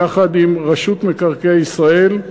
יחד עם רשות מקרקעי ישראל,